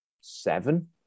seven